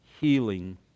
healing